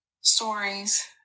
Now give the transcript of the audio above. stories